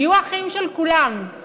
תהיו אחים של כולם,